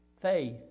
faith